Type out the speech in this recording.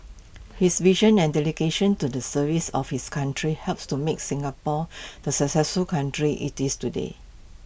his vision and dedication to the service of his country helps to make Singapore the successful country IT is today